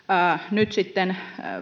nyt sitten